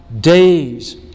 days